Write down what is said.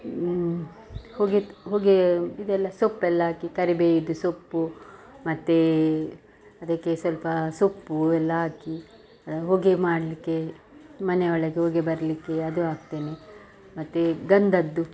ಹೊಗೆ ಹೊಗೆ ಇದೆಲ್ಲ ಸೊಪ್ಪೆಲ್ಲ ಹಾಕಿ ಕರಿಬೇವಿಂದು ಸೊಪ್ಪು ಮತ್ತು ಅದಕ್ಕೆ ಸ್ವಲ್ಪ ಸೊಪ್ಪು ಎಲ್ಲ ಹಾಕಿ ಹೊಗೆ ಮಾಡಲಿಕ್ಕೆ ಮನೆಯೊಳಗೆ ಹೊಗೆ ಬರಲಿಕ್ಕೆ ಅದು ಹಾಕ್ತೆನೆ ಮತ್ತು ಗಂಧದ್ದು